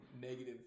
negative